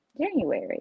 January